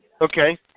Okay